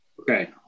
Okay